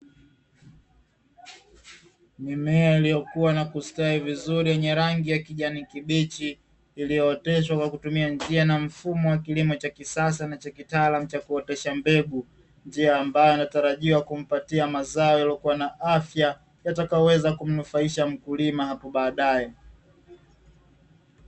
Mimea iliyo kuwa na kustawi vizuri yenye rangi ya kijani kibichi iliyo oteshwa kwa kutumia njia na mfumo wa kilimo kisasa na kitaalamu cha kuotesha mbegu. Njia ambayo inatarajia kumpatia mazao yaliyo kuwa na afya yatakayo weza mnufaisha mkulima hapo baadae.